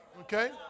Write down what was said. okay